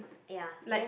ya then